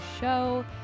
show